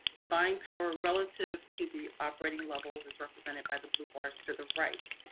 the buying power relative to the operating levels is represented by the blue bars to the right.